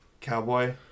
cowboy